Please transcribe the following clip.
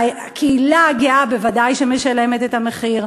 והקהילה הגאה בוודאי משלמת את המחיר.